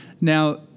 Now